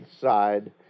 side